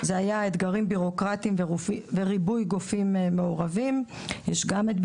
אתגרים בירוקרטיים וריבוי גופים מעורבים: יש אותנו,